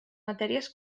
matèries